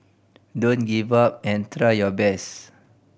don't give up and try your best